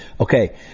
Okay